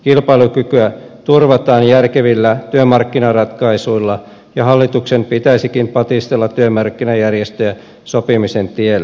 kilpailukykyä turvataan järkevillä työmarkkinaratkaisuilla ja hallituksen pitäisikin patistella työmarkkinajärjestöjä sopimisen tielle